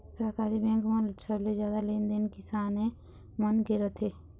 सहकारी बेंक म सबले जादा लेन देन किसाने मन के रथे